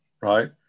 right